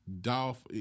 Dolph